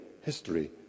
history